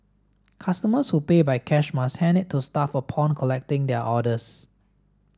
customers who pay by cash must hand it to staff upon collecting their orders